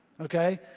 okay